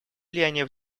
влияние